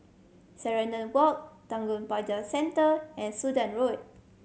Serenade Walk Tanjong Pagar Centre and Sudan Road